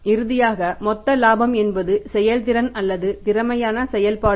இறுதியாக மொத்த இலாபம் என்பது செயல்திறன் அல்லது திறமையான செயல்பாடுகள்